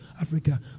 Africa